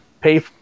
pay